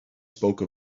spoke